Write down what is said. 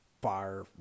bar